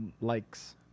likes